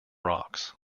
rocks